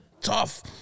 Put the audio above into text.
tough